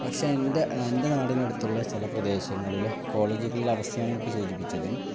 പക്ഷെ എൻ്റെ എൻ്റെ നാടിനടുത്തുള്ള ചില പ്രദേശങ്ങളിലെ കോളേജുകളിലെ അവസ്ഥയാണ് ഞാനിപ്പോള് സൂചിപ്പിച്ചത്